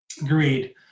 agreed